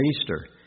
Easter